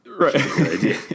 Right